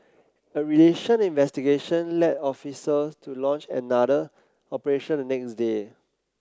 a relation investigation led officers to launch another operation the next day